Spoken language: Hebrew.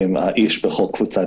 קבוצות